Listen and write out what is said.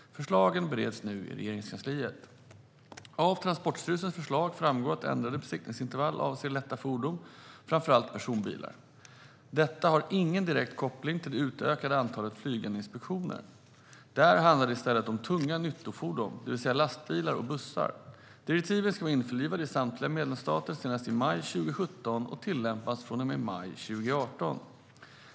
Förslagen bereds nu i Regeringskansliet. Av Transportstyrelsens förslag framgår att ändrade besiktningsintervall avser lätta fordon, framför allt personbilar. Detta har ingen direkt koppling till det utökade antalet flygande inspektioner. Där handlar det i stället om tunga nyttofordon, det vill säga lastbilar och bussar. Direktiven ska vara införlivade i samtliga medlemsstater senast i maj 2017 och tillämpas från och med maj 2018.